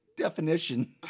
definition